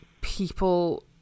people